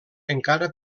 encara